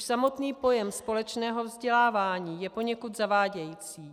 Už samotný pojem společné vzdělávání je poněkud zavádějící.